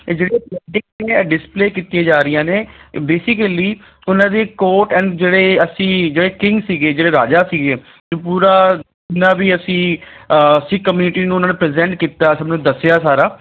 ਇਹ ਜਿਹੜੇ paintings display ਕੀਤੀਆਂ ਜਾ ਰਹੀਆਂ ਨੇ ਇਹ ਬੇਸਿਕਲੀ ਉਹਨਾਂ ਦੇ ਕੋਰਟ ਐਂਡ ਜਿਹੜੇ ਅਸੀਂ ਜਿਹੜੇ ਕਿੰਗ ਸੀਗੇ ਜਿਹੜੇ ਰਾਜਾ ਸੀਗੇ ਇਹ ਪੂਰਾ ਜਿੰਨਾ ਵੀ ਅਸੀਂ ਸਿੱਖ ਕਮਿਊਨਿਟੀ ਨੂੰ ਉਹਨਾਂ ਨੇ ਪ੍ਰਜੈਂਟ ਕੀਤਾ ਸਭ ਨੂੰ ਦੱਸਿਆ ਸਾਰਾ